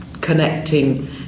Connecting